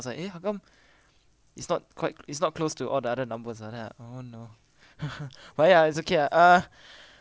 was like eh how come it's not quite it's not close to all the other numbers ah then I'm like oh no but ya it's okay ah uh